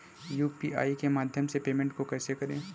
UPI के माध्यम से पेमेंट को कैसे करें?